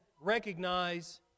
recognize